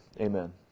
Amen